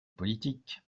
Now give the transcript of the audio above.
politique